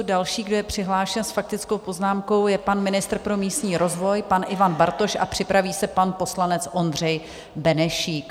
Další, kdo je přihlášen s faktickou poznámkou, je pan ministr pro místní rozvoj Ivan Bartoš a připraví se pan poslanec Ondřej Benešík.